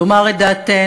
לומר את דעתנו,